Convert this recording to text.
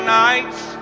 nights